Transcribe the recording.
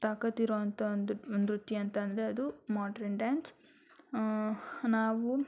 ತಾಕತ್ತು ಇರುವಂಥ ಒಂದು ನೃತ್ಯ ಅಂತಂದರೆ ಅದು ಮಾಡ್ರನ್ ಡ್ಯಾನ್ಸ್ ನಾವು